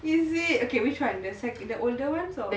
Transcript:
is it okay which one the sec~ the older one or